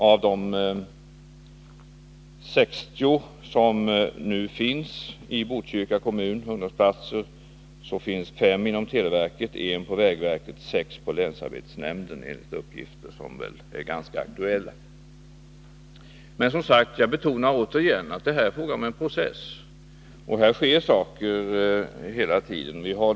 Av de 60 ser inom den statliga förvaltningen ser inom den statliga förvaltningen ungdomsplatser som nu finns i Botkyrka kommun finns enligt ganska aktuella uppgifter fem inom televerket, en på vägverket och sex på länsarbetsnämnden. Men jag betonar återigen att det är fråga om en process. Här sker hela tiden saker.